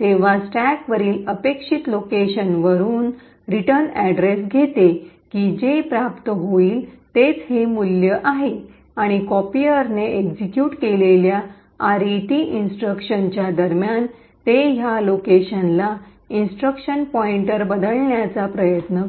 तेव्हा स्टॅकवरील अपेक्षित लोकेशनवरून रिटर्न अड्रेस घेते की जे प्राप्त होईल तेच हे मूल्य आहे आणि कॉपीर ने एक्सिक्यूट केलेल्या आरईटी इन्स्ट्रक्शन च्या दरम्यान ते ह्या लोकेशनला इन्स्ट्रक्शन पॉइन्टर बदलण्याचा प्रयत्न करते